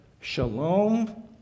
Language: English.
shalom